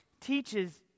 teaches